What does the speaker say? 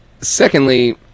secondly